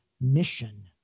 mission